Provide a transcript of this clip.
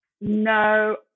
No